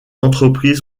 entreprises